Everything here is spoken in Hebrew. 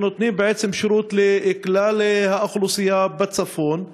שבעצם נותנים שירות לכלל האוכלוסייה בצפון,